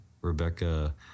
Rebecca